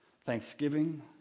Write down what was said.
thanksgiving